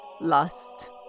lust